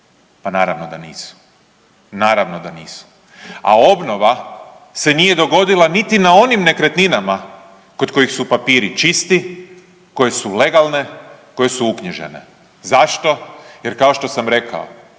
naravno da nisu, a obnova se nije dogodila niti na onim nekretninama kod kojih su papiri čisti, koje su legalne i koje su uknjižene. Zašto? Jer kao što sam rekao,